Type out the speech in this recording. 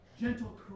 gentle